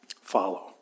Follow